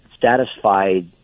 satisfied